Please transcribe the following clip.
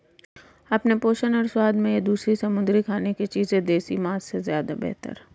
अपने पोषण और स्वाद में ये दूसरी समुद्री खाने की चीजें देसी मांस से ज्यादा बेहतर है